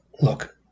Look